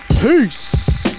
Peace